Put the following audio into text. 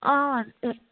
অঁ